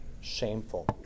shameful